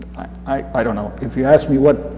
i don't know. if you ask me what